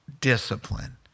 discipline